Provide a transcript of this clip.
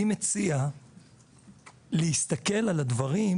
אני מציע להסתכל על הדברים